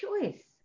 choice